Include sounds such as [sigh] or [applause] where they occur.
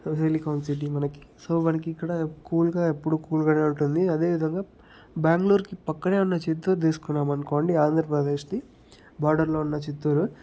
[unintelligible] city మనకి so మనకి ఇక్కడ కూల్గా ఎప్పుడూ కూల్గానే ఉంటుంది అదేవిధంగా బ్యాంగ్లూర్కి పక్కనే ఉన్న చిత్తూర్ తీసుకున్నామనుకోండి ఆంధ్రప్రదేశ్ది బార్డర్లో ఉన్న చిత్తూరు